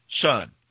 son